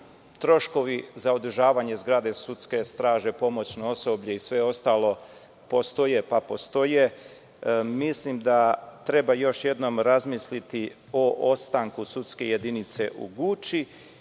troškovi za održavanje zgrade, sudske straže, pomoćno osoblje i sve ostalo postoje, pa postoje. Mislim da treba još jednom razmisliti o ostanku sudske jedinice u Guči. Još